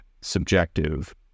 subjective